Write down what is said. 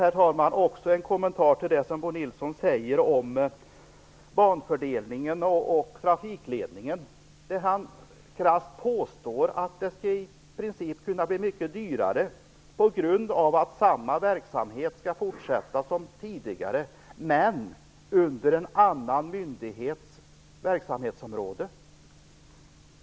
Jag vill också göra en kommentar till det Bo Nilsson säger om banfördelningen och trafikledningen. Han påstår krasst att det i princip kan bli mycket dyrare på grund av att samma verksamhet skall fortsätta som tidigare men under en annan myndighets verksamhetsområde.